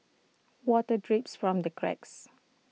water drips from the cracks